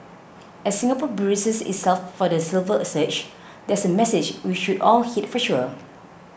as Singapore braces itself for the silver surge that's a message we should all heed for sure